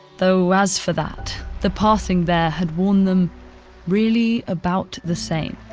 though as for that the passing there had worn them really about the same,